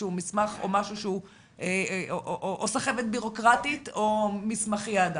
באיזשהו מסמך או סחבת ביורוקרטית או 'מסמכיאדה'.